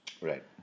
right